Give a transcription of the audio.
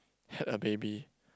had a baby